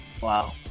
Wow